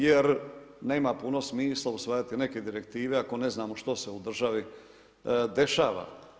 Jer nema puno smisla usvajati neke direktive ako ne znamo što se u državi dešava.